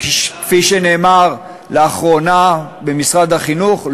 וכפי שנאמר לאחרונה במשרד החינוך,